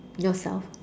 yourself